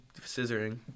scissoring